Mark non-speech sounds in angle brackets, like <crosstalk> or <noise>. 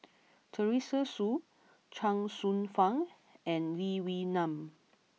<noise> Teresa Hsu <noise> Chuang Hsueh Fang and Lee Wee Nam